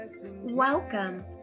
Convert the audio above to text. Welcome